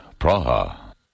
Praha